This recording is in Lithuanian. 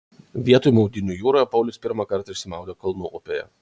vietoj maudynių jūroje paulius pirmą kartą išsimaudė kalnų upėje